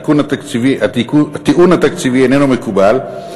הטיעון התקציבי איננו מקובל.